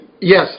Yes